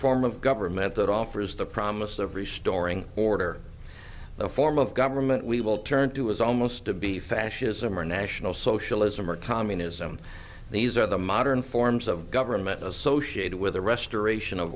form of government that offers the promise every storing order form of government we will turn to is almost to be fascism or national socialism or communism these are the modern forms of government associated with the restoration of